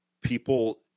people